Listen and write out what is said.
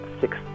six